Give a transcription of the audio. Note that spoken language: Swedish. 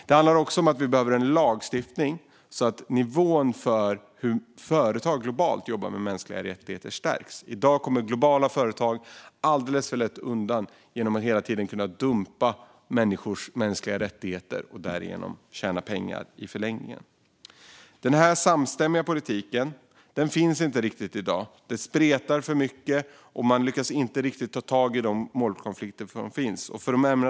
Vi behöver också en lagstiftning för att höja nivån på företags arbete med mänskliga rättigheter globalt. I dag kommer globala företag alldeles för lätt undan med att dumpa mänskliga rättigheter och i förlängningen tjäna pengar på det. Den samstämmiga politiken finns inte riktigt i dag. Politiken spretar för mycket, och man lyckas inte riktigt ta tag i de målkonflikter som finns.